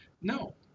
No